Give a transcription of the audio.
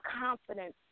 confidence